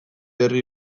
herri